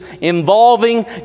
involving